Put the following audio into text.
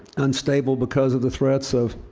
unstable because of the threats of